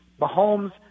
Mahomes